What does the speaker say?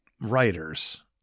writers